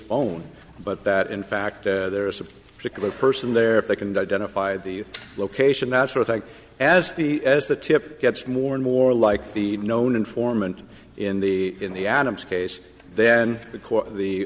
phone but that in fact there is a particular person there if they can identify the location that sort of thing as the as the tip gets more and more like the known informant in the in the adam's case then because the